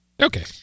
Okay